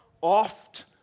oft